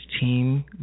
team